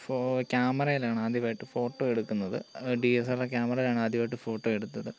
ഫോ ക്യാമറയിലാണ് ആദ്യമായിട്ട് ഫോട്ടോ എടുക്കുന്നത് ഡി എസ് എല് ആർ ക്യാമറേലാണ് ആദ്യമായിട്ട് ഫോട്ടോ എടുത്തത്